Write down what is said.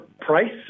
price